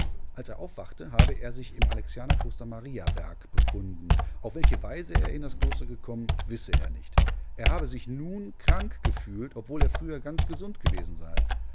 als er aufwachte habe er sich im alexianerkloster mariaberg befunden auf welche weise er in das kloster gekommen wisse er nicht er habe sich nun krank gefühlt obwohl er früher ganz gesund gewesen sei